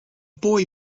boy